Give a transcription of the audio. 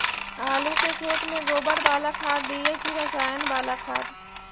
आलू के खेत में गोबर बाला खाद दियै की रसायन बाला खाद?